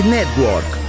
Network